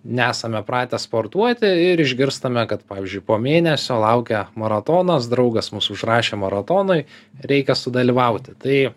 nesame pratę sportuoti ir išgirstame kad pavyzdžiui po mėnesio laukia maratonas draugas mus užrašė maratonui reikia sudalyvauti tai